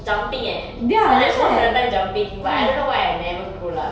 jumping eh so I most of the time jumping but I don't know why I never grow lah